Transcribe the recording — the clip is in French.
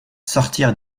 sortirent